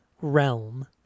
realm